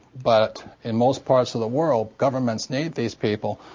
but in most parts of the world, governments need these people.